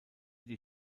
die